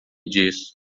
disso